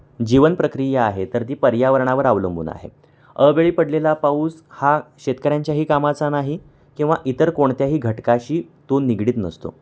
जीवन प्रक्रिया आहे तर ती पर्यावरणावर अवलंबून आहे अवेळी पडलेला पाऊस हा शेतकऱ्यांच्याही कामाचा नाही किंवा इतर कोणत्याही घटकाशी तो निगडीत नसतो